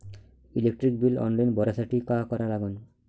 Electric bill online भरासाठी का करा लागन?